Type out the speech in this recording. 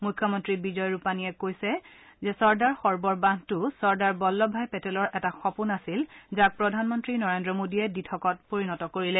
মুখ্যমন্তী বিজয় ৰূপানীয়ে কৈছে চৰ্দাৰ সৰোবৰ বান্ধটো চৰ্দাৰ বল্লভভাই পেটেলৰ এটা সপোন আছিল যাক প্ৰধানমন্ত্ৰী নৰেন্দ্ৰ মোদীয়ে দিঠকত পৰিণত কৰিলে